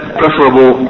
preferable